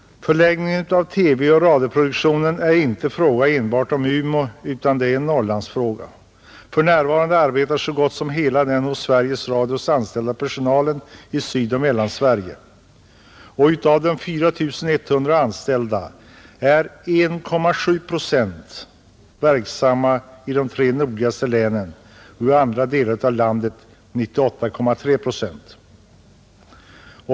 Förläggningen av TV och radioproduktionen är inte en fråga enbart om Umeå utan en Norrlandsfråga. För närvarande arbetar så gott som hela den hos Sveriges Radio anställda personalen i Sydoch Mellansverige. Av de 4 100 anställda är 1,7 procent verksamma i de tre nordligaste länen, I den övriga delen av landet arbetar 98,3 procent.